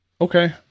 Okay